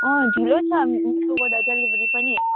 अँ ढिलो छ मिसोको त डेलिभरी पनि